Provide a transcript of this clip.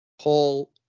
Paul